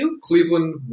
Cleveland